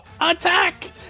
attack